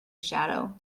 shadow